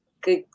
good